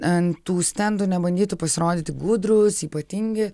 ant tų stendų nebandytų pasirodyti gudrūs ypatingi